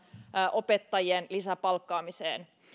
opettajien lisäpalkkaamiseen